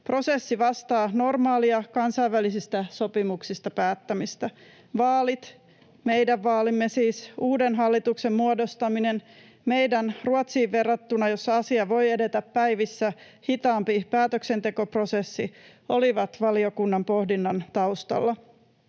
Prosessi vastaa normaalia kansainvälisistä sopimuksista päättämistä. Vaalit, siis meidän vaalimme, uuden hallituksen muodostaminen ja meidän — verrattuna Ruotsiin, jossa asia voi edetä päivissä — hitaampi päätöksentekoprosessi olivat valiokunnan pohdinnan taustalla.